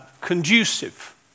conducive